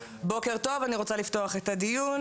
בוקר טוב אני רוצה לפתוח את הדיון,